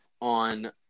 on